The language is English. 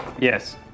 Yes